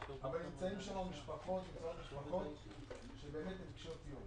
יש גם משפחות שהן קשות יום.